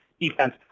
defense